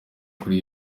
kuri